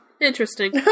Interesting